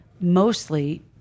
mostly